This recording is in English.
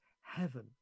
heaven